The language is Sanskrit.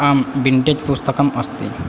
आम् विण्टेज् पुस्तकम् अस्ति